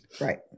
Right